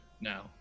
now